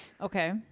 Okay